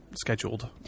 scheduled